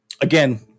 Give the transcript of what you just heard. again